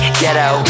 ghetto